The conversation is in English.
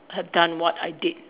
have done what I did